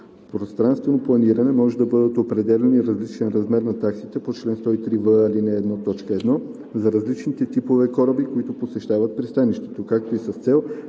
пространствено планиране може да бъдат определяни различни размери на таксите по чл. 103в, ал. 1, т. 1 за различните типове кораби, които посещават пристанището, както и с цел